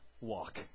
Walk